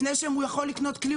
לפני שהוא יכול לקנות כלי,